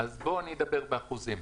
אני אדבר באחוזים.